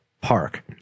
Park